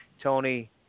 Tony